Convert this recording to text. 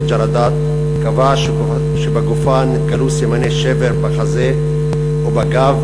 ג'רדאת קבע שבגופה נתגלו סימני שבר בחזה ובגב,